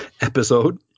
episode